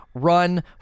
run